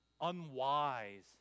unwise